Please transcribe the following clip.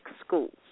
schools